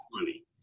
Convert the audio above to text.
funny